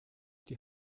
die